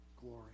glory